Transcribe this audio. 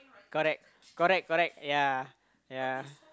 correct correct correct ya ya